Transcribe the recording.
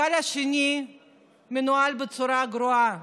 הגל השני מנוהל בצורה גרועה.